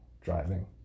driving